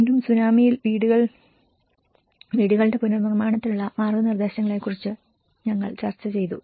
വീണ്ടും സുനാമിയിൽ വീടുകളുടെ പുനർനിർമ്മാണത്തിനുള്ള മാർഗ്ഗനിർദ്ദേശങ്ങളെക്കുറിച്ച് ഞങ്ങൾ ചർച്ച ചെയ്തു